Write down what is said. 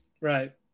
Right